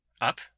Up